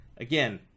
Again